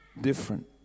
different